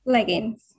Leggings